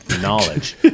knowledge